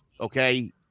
Okay